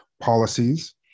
policies